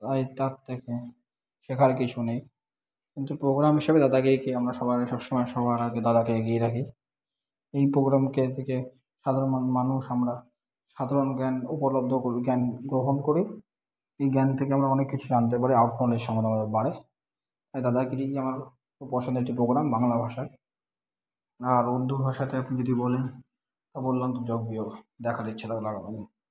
ওইটা থেকে শেখার কিছু নেই কিন্তু প্রোগ্রাম হিসেবে দাদাগিরিকে আমরা সবাই সব সমায় সবার আগে দাদাকে এগিয়ে রাখে এই পোগ্রামকে থেকে সাধারণ মানুষ আমরা সাধারণ জ্ঞান উপলব্ধ করি জ্ঞান গ্রহণ করে এই জ্ঞান থেকে আমরা অনেক কিছু জানতে পারি আউট নলেজ সমাধান আরও বাড়ে দাদাগিরি আমার খুব পছন্দের একটি প্রোগ্রাম বাংলা ভাষায় আর উর্ধু ভাষাতে খুব যদি বলি ও বললাম তো যোগ বিয়োগ দেখার ইচ্ছাটাও দারুণ হবে